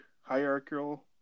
Hierarchical